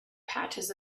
patches